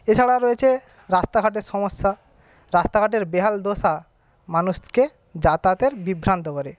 এছাড়া রয়েছে রাস্তাঘাটের সমস্যা রাস্তাঘাটের বেহাল দশা মানুষকে যাতায়াতের বিভ্রান্ত করে